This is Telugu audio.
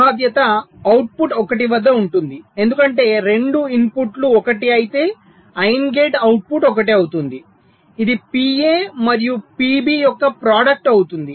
సంభావ్యత అవుట్పుట్ 1 వద్ద ఉంటుంది ఎందుకంటే రెండు ఇన్పుట్లు 1 అయితే AND గేట్ అవుట్పుట్ 1 అవుతుంది ఇది PA మరియు PB యొక్క ప్రాడక్టు అవుతుంది